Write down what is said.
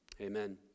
Amen